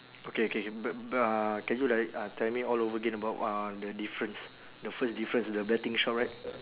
okay okay but but uh can you like uh tell me all over again about uh the difference the first difference the betting shop right